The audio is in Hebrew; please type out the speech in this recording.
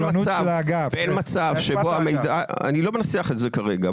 אני לא מנסח את זה כרגע,